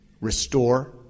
restore